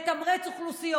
את הזכות לתמרץ אוכלוסיות.